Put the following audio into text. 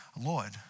Lord